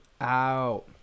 out